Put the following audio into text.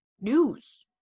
news